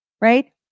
right